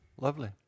Lovely